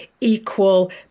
equal